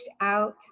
out